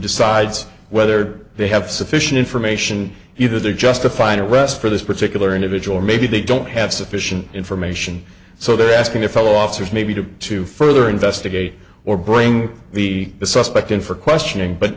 decides whether they have sufficient information either they're justified arrest for this particular individual or maybe they don't have sufficient information so they're asking a fellow officers maybe to to further investigate or bring the suspect in for questioning but